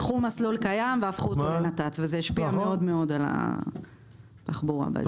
לקחו מסלול קיים והפכו אותו לנת"צ וזה השפיע מאוד על התחבורה בעיר.